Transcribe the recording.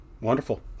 wonderful